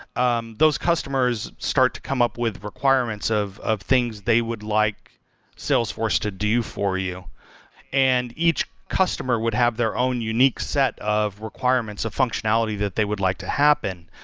um those customers start to come up with the requirements of of things they would like salesforce to do for you and each customer would have their own unique set of requirements, of functionality that they would like to happen.